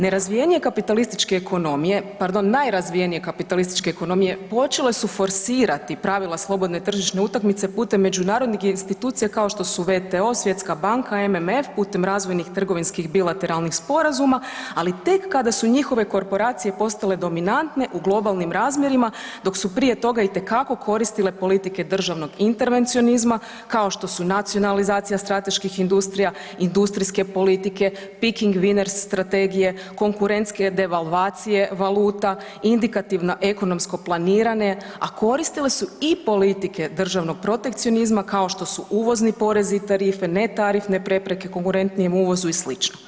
Nerazvijenije kapitalističke ekonomije, pardon, najrazvijenije kapitalističke ekonomije počele su forsirati pravila slobodne tržišne utakmice putem međunarodnih institucija kao što su WTO, Svjetska banka, MMF putem razvojnih trgovinskih bilateralnih sporazuma, ali tek kada su njihove korporacije postale dominantne u globalnim razmjerima dok su prije toga itekako koristile politike državnog intervencionizma kao što su nacionalizacija strateških industrija, industrijske politike, piking viners strategije, konkurentske devalvacije, valuta, indikativno ekonomsko planirane, a koristile su i politike državnog protekcionizma kao što su uvozni porezi i tarife, ne tarifne prepreke konkurentnijem uvozu i slično.